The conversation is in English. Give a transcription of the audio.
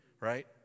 right